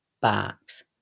barks